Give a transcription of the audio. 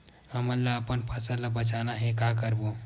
हमन ला अपन फसल ला बचाना हे का करबो?